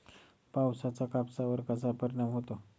पावसाचा कापसावर कसा परिणाम होतो?